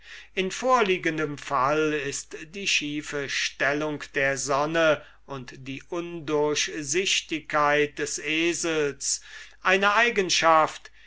in vorliegendem fall ist die schiefe stellung der sonne und die undurchsichtigkeit des esels eine eigenschaft